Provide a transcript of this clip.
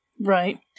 Right